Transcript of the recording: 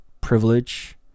privilege